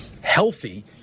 healthy